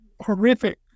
horrific